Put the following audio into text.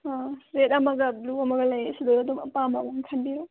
ꯑꯣ ꯔꯦꯠ ꯑꯃꯒ ꯕ꯭ꯂꯨ ꯑꯃꯒ ꯂꯩꯇꯦ ꯁꯤꯗꯒꯤ ꯑꯗꯨꯝ ꯑꯄꯥꯝꯕ ꯑꯃ ꯈꯟꯕꯤꯔꯣ